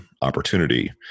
opportunity